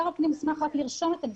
שר הפנים מוסמך רק לרשום את הנישואים,